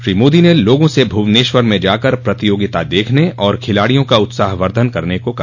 श्री मोदी ने लोगों से भुवनश्वर में जाकर प्रतियोगिता देखने और खिलाडियों का उत्साहवर्द्धन करने को कहा